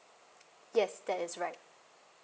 yes that is right